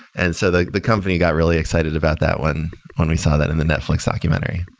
and so the the company got really excited about that one when we saw that in the netflix documentary.